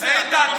איתן,